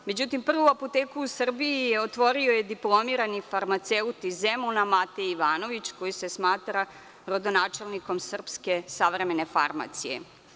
Međutim, prvu apoteku u Srbiji je otvorio diplomirani farmaceut iz Zemuna, Mateja Ivanović, koji se smatra rodonačelnikom srpske savremene farmacije.